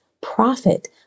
profit